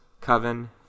Coven